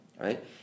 right